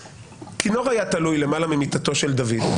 כינור היה תלוי למעלה ממיטתו של דוד.